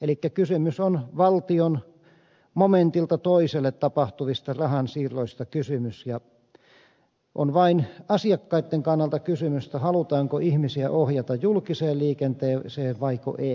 elikkä kysymys on valtion momentilta toiselle tapahtuvista rahansiirroista ja asiakkaitten kannalta kysymys halutaanko ihmisiä ohjata julkiseen liikenteeseen vaiko ei